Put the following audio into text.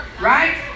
Right